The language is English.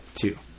two